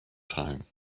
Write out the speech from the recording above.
time